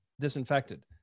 disinfected